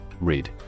Read